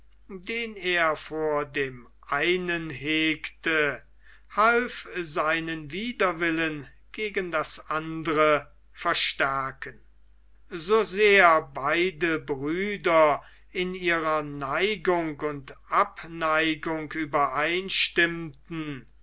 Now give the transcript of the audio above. den er vor dem einen hegte half seinen widerwillen gegen das andere verstärken so sehr beide brüder in ihrer neigung und abneigung übereinstimmten